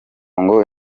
ngo